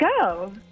go